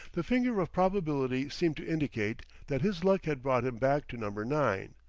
the finger of probability seemed to indicate that his luck had brought him back to number nine.